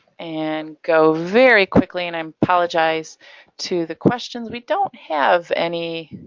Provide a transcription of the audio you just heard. and go very quickly and i um apologize to the questions. we don't have any,